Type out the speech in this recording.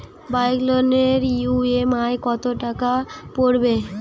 Bike লোনের EMI কত টাকা পড়বে?